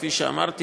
כפי שאמרת,